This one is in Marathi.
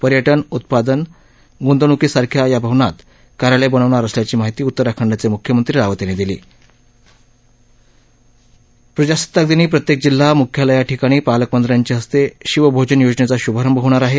पर्यटन उत्पादन ग्रंतवणूकदारांसाठी या भवनात कार्यालय बनवणार असल्याची माहिती उतराखंडचे म्ख्यमंत्री रावत यांनी दिली प्रजासत्ताक दिनी प्रत्येक जिल्हा मुख्यालयाठिकाणी पालकमंत्र्यांच्या हस्ते शिवभोजन योजनेचा शुभारंभ होणार आहे